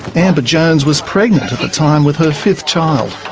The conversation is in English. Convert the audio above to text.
amber jones was pregnant at the time with her fifth child.